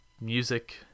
music